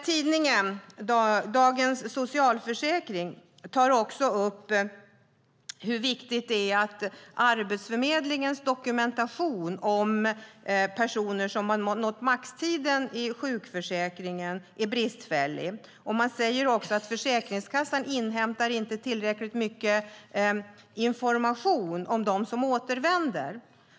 Tidningen Dagens Socialförsäkring tar också upp att Arbetsförmedlingens dokumentation om de personer som har nått maxtiden i sjukförsäkringen är bristfällig. Man säger att Försäkringskassan inte inhämtar tillräckligt mycket information om dem som återvänder.